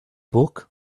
book